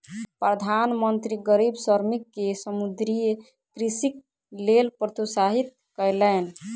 प्रधान मंत्री गरीब श्रमिक के समुद्रीय कृषिक लेल प्रोत्साहित कयलैन